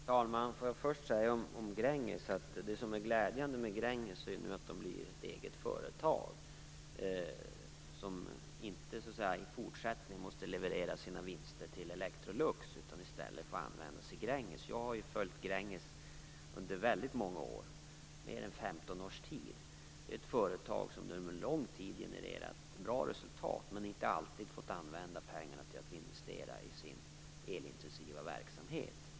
Fru talman! Får jag först säga något om Gränges. Det som är glädjande med Gränges är att det nu blir ett eget företag. Det måste inte i fortsättningen leverera sina vinster till Electrolux. I stället får dessa användas i Gränges. Jag har följt Gränges under väldigt många år, mer än 15 år. Det är ett företag som under lång tid genererat bra resultat, men som inte alltid fått använda pengarna till att investera i sin elintensiva verksamhet.